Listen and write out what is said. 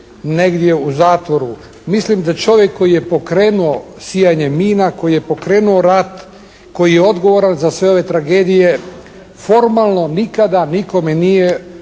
negdje u zatvoru. Mislim da čovjek koji je pokrenuo sijanje mina, koji je pokrenuo rat, koji je odgovoran za sve ove tragedije formalno nikada nikome nije